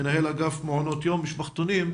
מנהל אגף מעונות יום ומשפחתונים,